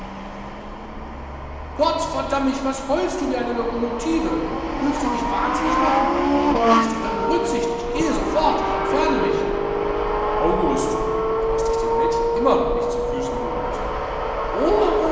vor entzücken gottverdammich was heulst du wie eine lokomotive willst du mich wahnsinnig machen kennst du keine rücksicht ich gehe sofort aber august du hast dich dem mädchen immer noch nicht zu füßen gelegt